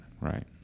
Right